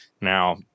Now